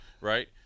Right